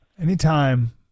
Anytime